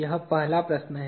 वह पहला प्रश्न है